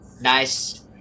Nice